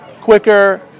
quicker